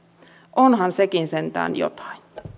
onhan sekin sentään jotain